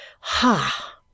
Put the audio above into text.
Ha